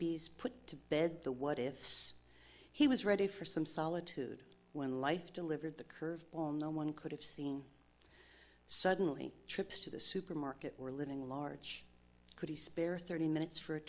bes put to bed the what ifs he was ready for some solitude when life delivered the curveball no one could have seen suddenly trips to the supermarket were living large could he spare thirty minutes for